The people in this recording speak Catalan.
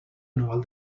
anual